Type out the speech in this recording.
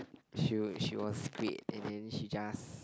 she were she was great and then she just